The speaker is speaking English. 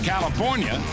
California